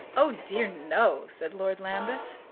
oh, dear, no, said lord lambeth.